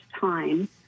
time